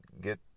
get